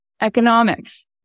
economics